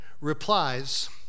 replies